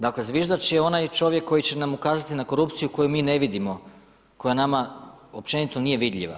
Dakle „zviždač“ je onaj čovjek koji će nam ukazati na korupciju koju mi ne vidimo, koja nama općenito nije vidljiva.